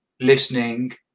listening